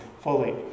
fully